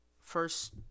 First